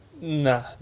Nah